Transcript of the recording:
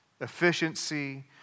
efficiency